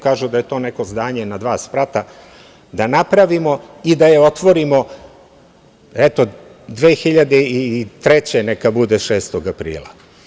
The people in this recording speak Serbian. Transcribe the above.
Kažu da je to neko zdanje na dva sprata, da napravimo i da je otvorimo, eto 2003. godine neka bude 6. aprila.